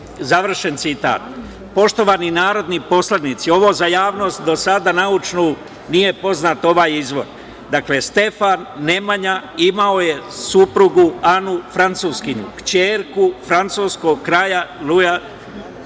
i Vukanom.“Poštovani narodni poslanici, ovo za javnost naučnu do sada nije poznat ovaj izvor. Dakle, Stefan Nemanja imao je suprugu Anu francuskinju, kćerku francuskog kralja Luja